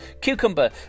cucumber